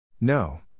No